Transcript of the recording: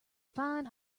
fine